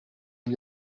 gli